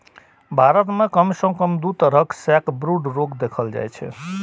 भारत मे कम सं कम दू तरहक सैकब्रूड रोग देखल जाइ छै